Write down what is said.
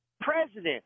president